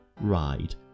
Ride